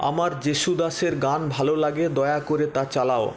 আমার জেশু দাসের গান ভালো লাগে দয়া করে তা চালাও